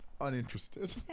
uninterested